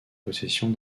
possession